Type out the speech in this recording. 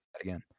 again